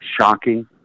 Shocking